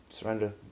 surrender